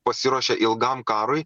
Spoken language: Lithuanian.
pasiruošė ilgam karui